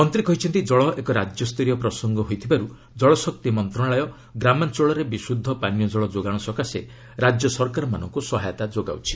ମନ୍ତ୍ରୀ କହିଛନ୍ତି ଜଳ ଏକ ରାଜ୍ୟସ୍ତରୀୟ ପ୍ରସଙ୍ଗ ହୋଇଥିବାରୁ ଜଳଶକ୍ତି ମନ୍ତ୍ରଣାଳୟ ଗ୍ରାମାଞ୍ଚଳରେ ବିଶୁଦ୍ଧ ପାନୀୟ ଜଳ ଯୋଗାଣ ସକାଶେ ରାଜ୍ୟ ସରକାରମାନଙ୍କୁ ସହାୟତା ଯୋଗାଉଛି